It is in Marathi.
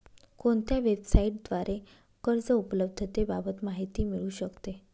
कोणत्या वेबसाईटद्वारे कर्ज उपलब्धतेबाबत माहिती मिळू शकते?